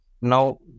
now